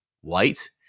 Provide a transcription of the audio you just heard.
white